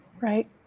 Right